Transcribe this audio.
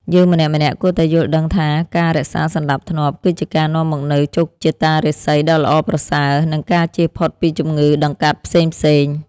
យើងម្នាក់ៗគួរតែយល់ដឹងថាការរក្សាសណ្តាប់ធ្នាប់ គឺជាការនាំមកនូវជោគជតារាសីដ៏ល្អប្រសើរ និងការជៀសផុតពីជំងឺតម្កាត់ផ្សេងៗ។